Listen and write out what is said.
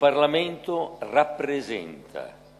פרלמנט זה מייצג את